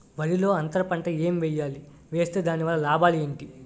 వరిలో అంతర పంట ఎం వేయాలి? వేస్తే దాని వల్ల లాభాలు ఏంటి?